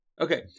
Okay